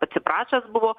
atsiprašęs buvo